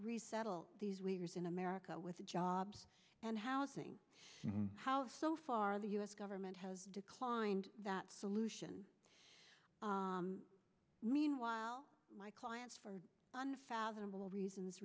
resettle these leaders in america with jobs and housing how so far the u s government has declined that solution meanwhile my clients for unfathomable reasons